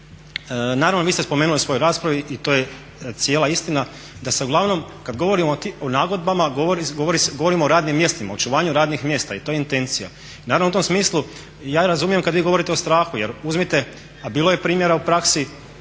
Naravno, vi ste spomenuli u svojoj raspravi i to je cijela istina, da se uglavnom kad govorimo o nagodbama govorimo o radnim mjestima, očuvanju radnih mjesta i to je intencija. Naravno u tom smislu ja razumijem kad vi govorite o strahu jer uzmite, a bilo je primjera u praksi,